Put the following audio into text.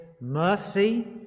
mercy